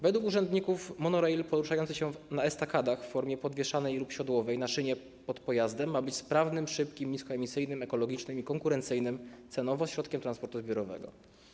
Według urzędników monorail poruszający się na estakadach w formie podwieszanej lub siodłowej na szynie pod pojazdem ma być sprawnym, szybkim, niskoemisyjnym, ekologicznym i konkurencyjnym cenowo środkiem transportu zbiorowego.